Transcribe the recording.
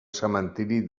cementiri